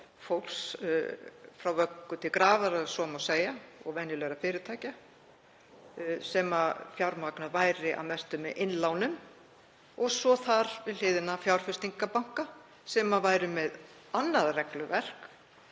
fólks frá vöggu til grafar, ef svo má segja, og venjulegra fyrirtækja; banka sem væru fjármagnaðir að mestu með innlánum og svo þar við hliðina fjárfestingarbanka sem væru með annað regluverk,